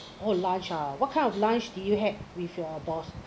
oh lunch ah what kind of lunch do you had with your boss